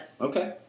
Okay